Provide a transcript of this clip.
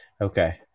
Okay